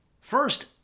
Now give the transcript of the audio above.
First